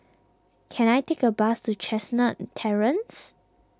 can I take a bus to Chestnut Terrace